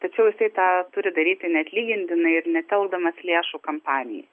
tačiau jisai tą turi daryti neatlygintinai ir netelkdamas lėšų kampanijai